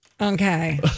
Okay